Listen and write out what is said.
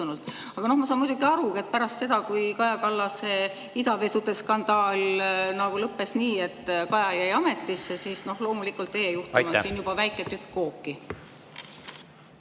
Aga no ma saan muidugi aru, et pärast seda, kui Kaja Kallase idavedude skandaal lõppes nii, et Kaja jäi ametisse, siis loomulikult teie juhtum on siin nagu väike tükk kooki.